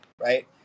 right